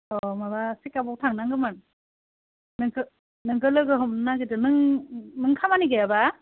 अ माबा चेकआपआव थांनांगोमोन नोंखो नोंखो लोगो हमनो नागिरदो नों नों खामानि गैयाब्ला